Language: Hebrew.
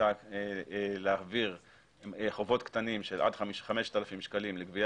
הייתה להעביר חובות קטנים של עד 5,000 שקלים לגבייה